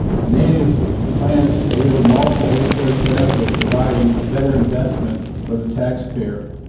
native plans deliver multiple resource benefits providing better investment for the taxpayer.